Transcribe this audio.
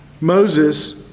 Moses